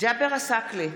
ג'אבר עסאקלה,